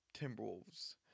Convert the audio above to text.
Timberwolves